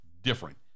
Different